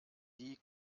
die